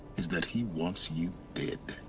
is that he wants you dead